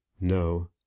no